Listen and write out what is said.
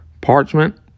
Parchment